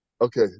Okay